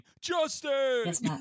Justice